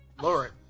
Lauren